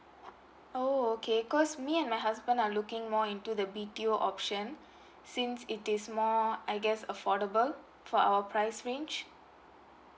oh okay 'cos me and my husband are looking more into the B_T_O option since it is more I guess affordable for our price range